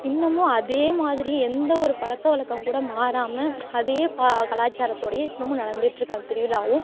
இன்னுமும் அதே மாதிரி எந்த ஒரு பழக்க வழக்கம் கூட மாறாமல் அதே பா கலாச்சாரத்தோடையே இன்னுமும் நடந்துட்டுருக்கு அந்த திருவிழாவும்